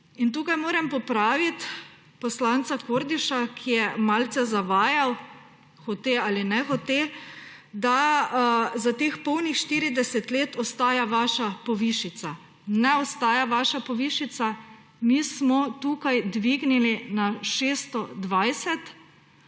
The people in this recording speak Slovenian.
tukaj moram popraviti poslanca Kordiša, ki je malce zavajal, hote ali nehote, da za teh polnih 40 let ostaja vaša povišica. Ne ostaja vaša povišica. Mi smo tukaj dvignili na 620